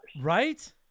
Right